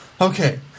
Okay